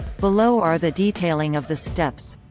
below are the detailing of the steps